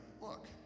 Look